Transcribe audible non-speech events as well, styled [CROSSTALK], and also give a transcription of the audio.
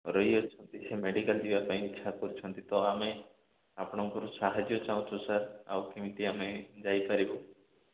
[UNINTELLIGIBLE] medical ଯିବାପାଇଁ ଇଛା କରୁଛନ୍ତି ତ ଆମେ ଆପଣଙ୍କର ସାହାଯ୍ୟ ଚାଁହୁଛୁ ସାର୍ ଆଉ କେମିତି ଆମେ ଯାଇପାରିବୁ